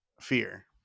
fear